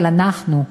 אבל אנחנו,